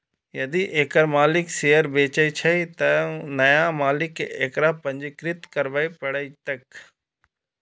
यदि एकर मालिक शेयर बेचै छै, तं नया मालिक कें एकरा पंजीकृत करबय पड़तैक